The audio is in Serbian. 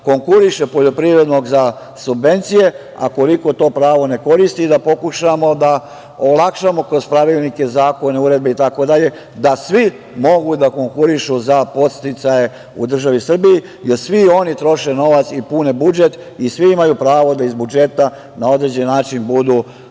konkuriše za subvencije, a koliko to pravo ne koristi i da pokušamo da olakšamo kroz pravilnike zakone, uredbe itd. da svi mogu da konkurišu za podsticaje u državi Srbiji i da svi oni troše novac u pune budžet i svi imaju pravo da iz budžeta na određen način budu